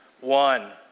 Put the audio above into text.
one